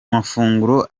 mafunguro